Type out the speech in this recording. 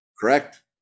correct